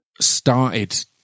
started